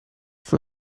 for